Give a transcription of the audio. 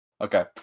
Okay